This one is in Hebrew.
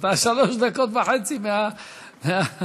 אתה שלוש דקות וחצי, מהצד.